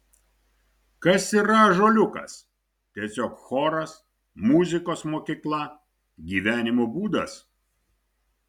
kas yra ąžuoliukas tiesiog choras muzikos mokykla gyvenimo būdas